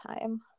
time